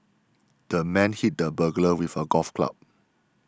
the man hit the burglar with a golf club